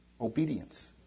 Obedience